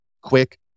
quick